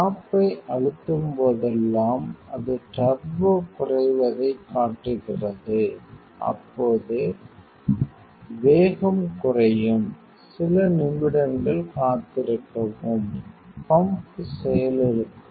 stop ஐ அழுத்தும் போதெல்லாம் அது டர்போ குறைவதைக் காட்டுகிறது அப்போது வேகம் குறையும் சில நிமிடங்கள் காத்திருக்கவும் பம்ப் செயலிழக்கும்